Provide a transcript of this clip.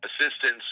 assistance